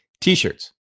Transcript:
T-shirts